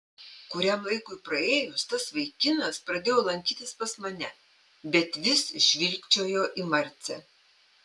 kuriam laikui praėjus tas vaikinas pradėjo lankytis pas mane bet vis žvilgčiojo į marcę